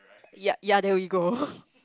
ya ya there we go